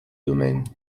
domaine